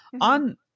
on